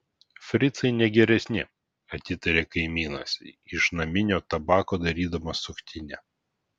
fricai ne geresni atitaria kaimynas iš naminio tabako darydamas suktinę